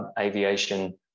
aviation